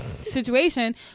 situation